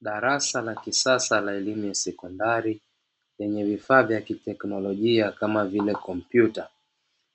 Darasa la kisasa la elimu ya sekondari, lenye vifaa vya kiteknolojia kama vile kompyuta,